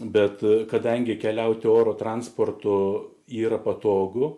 bet kadangi keliauti oro transportu yra patogu